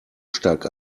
stark